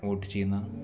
vote ചെയ്യുന്ന